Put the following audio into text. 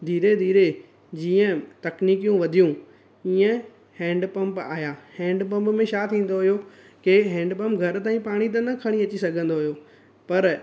धीरे धीरे जीअं तकनीकियूं वधियूं ईअं हैंडपंप आयां हैंडपंप में छा थींदो हुयो के हैंडपंप घरु पाणी त न खणी अची सघंदो हुयो पर